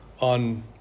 on